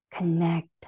Connect